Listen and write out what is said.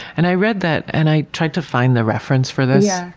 and i read that, and i tried to find the reference for this,